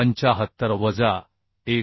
75 वजा 1